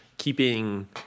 Keeping